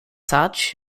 such